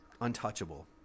untouchable